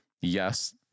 yes